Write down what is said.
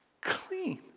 Clean